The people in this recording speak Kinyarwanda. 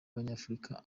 abanyafurika